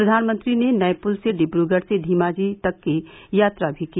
प्रधानमंत्री ने नए पुल से डिब्रगढ़ से धीमाजी तक की यात्रा भी की